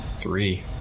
Three